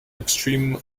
extreme